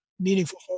meaningful